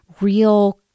real